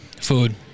Food